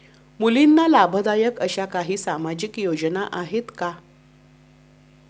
मुलींना लाभदायक अशा काही सामाजिक योजना आहेत का?